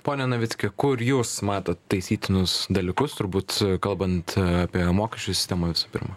pone navicki kur jūs matot taisytinus dalykus turbūt kalbant apie mokesčių sistemą visų pirma